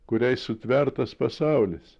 kuriai sutvertas pasaulis